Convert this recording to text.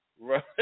Right